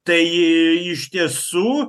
tai iš tiesų